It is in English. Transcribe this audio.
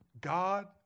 God